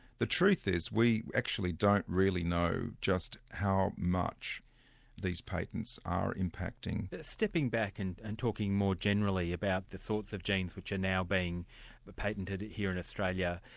the truth is, we actually don't really know just how much these patents are impacting. stepping back and and talking more generally about the sorts of genes which are now being patented here in australia,